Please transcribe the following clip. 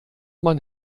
man